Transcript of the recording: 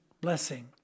blessing